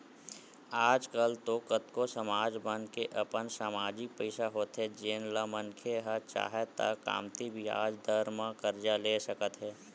आज कल तो कतको समाज मन के अपन समाजिक पइसा होथे जेन ल मनखे ह चाहय त कमती बियाज दर म करजा ले सकत हे